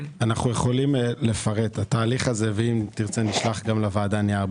אנחנו יכולים לפרט ואם תרצה, נשלח לוועדה נייר.